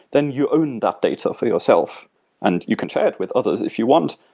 then you own that data for yourself and you can share it with others if you want.